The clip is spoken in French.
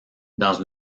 dans